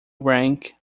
rank